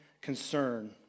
concern